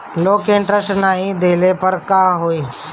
Loan के interest नाही देहले पर का होई?